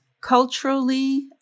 culturally